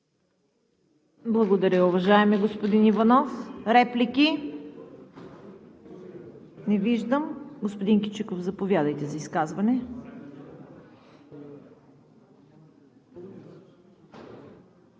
Благодаря, уважаеми господин Иванов. Реплики? Не виждам. Господин Кичиков, заповядайте за изказване.